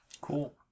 Cool